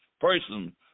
person